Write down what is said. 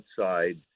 outside